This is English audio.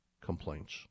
complaints